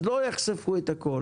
אז לא יחשפו את הכל,